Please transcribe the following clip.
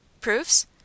Proofs